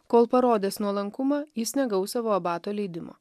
kol parodęs nuolankumą jis negaus savo abato leidimo